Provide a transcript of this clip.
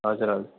हजुर हजुर